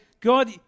God